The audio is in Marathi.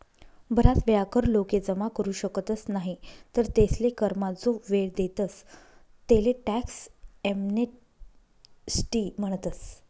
बराच वेळा कर लोक जमा करू शकतस नाही तर तेसले करमा जो वेळ देतस तेले टॅक्स एमनेस्टी म्हणतस